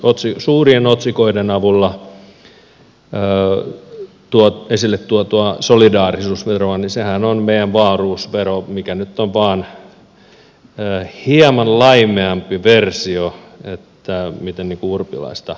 ja suurien otsikoiden avulla esille tuotu solidaarisuusverohan on meidän wahlroos vero mikä nyt on vain hieman laimeampi versio miten niin kuin urpilaista voisi lainata